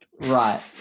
right